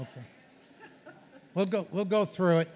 ok we'll go we'll go through it